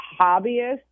hobbyist